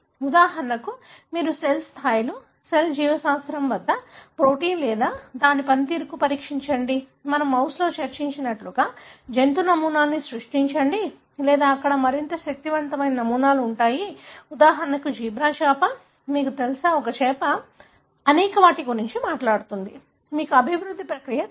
ఉదాహరణకు మీరు సెల్ స్థాయిలు సెల్ జీవశాస్త్రం వద్ద ప్రోటీన్ లేదా దాని పనితీరును పరీక్షించండి మనము మౌస్లో చర్చించినట్లుగా జంతు నమూనాలను సృష్టించండి లేదా అక్కడ మరింత శక్తివంతమైన నమూనాలు ఉన్నాయి ఉదాహరణకు జీబ్రా చేప మీకు తెలుసా ఒక చేప అనేక వాటి గురించి మాట్లాడుతుంది మీకు అభివృద్ధి ప్రక్రియ తెలుసు